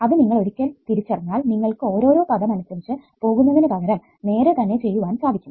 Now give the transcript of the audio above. അത് നിങ്ങൾ ഒരിക്കൽ തിരിച്ചറിഞ്ഞാൽ നിങ്ങൾക്ക് ഓരോരോ പദം അനുസരിച്ച് പോകുന്നതിനു പകരം നേരെ തന്നെ ചെയ്യുവാൻ സാധിക്കും